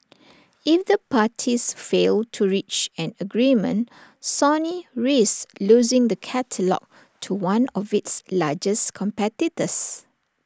if the parties fail to reach an agreement Sony risks losing the catalogue to one of its largest competitors